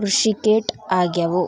ಕೃಷಿಕೇಟ ಆಗ್ಯವು